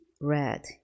red